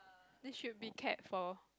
that should be kept for